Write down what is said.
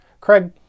Craig